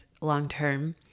long-term